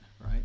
right